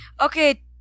okay